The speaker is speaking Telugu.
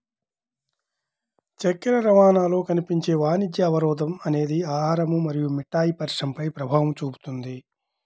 చక్కెర రవాణాలో కనిపించే వాణిజ్య అవరోధం అనేది ఆహారం మరియు మిఠాయి పరిశ్రమపై ప్రభావం చూపుతుంది